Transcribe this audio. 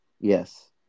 Yes